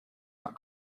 not